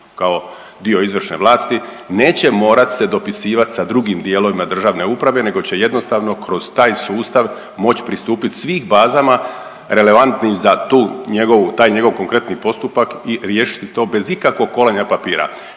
kao dio izvršne vlasti neće morat se dopisivat sa drugim dijelovima državne uprave nego će jednostavno kroz taj sustav moći pristupit svim bazama relevantnim za tu njegovu, taj njegov konkretni postupak i riješiti to bez ikakvog kolanja papira.